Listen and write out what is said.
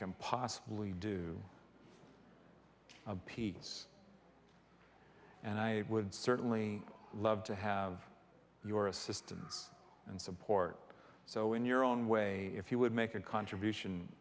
can possibly do peace and i would certainly love to have your assistance and support so in your own way if you would make a contribution